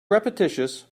repetitious